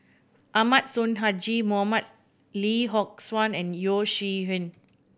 Ahmad Sonhadji Mohamad Lee Yock Suan and Yeo Shih Yun